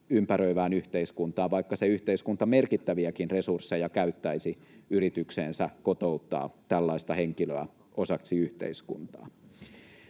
ympäröivään yhteiskuntaan, vaikka se yhteiskunta merkittäviäkin resursseja käyttäisi yritykseensä kotouttaa tällaista henkilöä osaksi yhteiskuntaa.